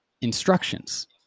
instructions